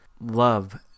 love